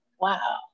Wow